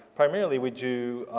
primarily we do,